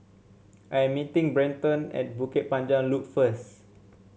I am meeting Brenton at Bukit Panjang Loop first